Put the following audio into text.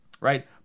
right